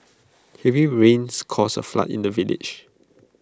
heavy rains caused A flood in the village